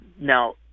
Now